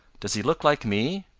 does he look like me?